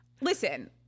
Listen